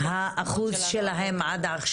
וועדה